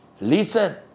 Listen